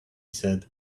said